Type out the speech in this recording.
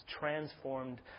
transformed